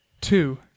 Two